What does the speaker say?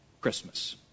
Christmas